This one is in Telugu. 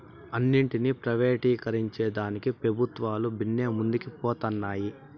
అన్నింటినీ ప్రైవేటీకరించేదానికి పెబుత్వాలు బిన్నే ముందరికి పోతన్నాయి